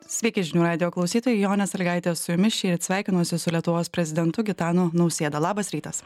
sveiki žinių radijo klausytojai jonė sąlygaitė su jumis šįryt sveikinuosi su lietuvos prezidentu gitanu nausėda labas rytas